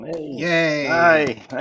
Yay